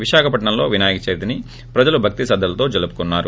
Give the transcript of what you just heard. విశాఖపట్సంలో వినాయకచవితిని ే ప్రజలు భక్తిశ్రద్దలతో జరుపుకున్నారు